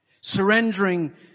Surrendering